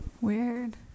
Weird